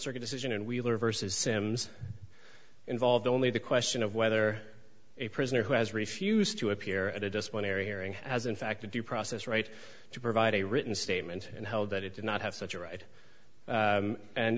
circuit decision and wheeler versus sims involved only the question of whether a prisoner who has refused to appear at a disciplinary hearing has in fact a due process right to provide a written statement and held that it did not have such a ri